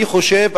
אני חושב,